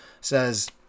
says